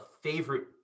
favorite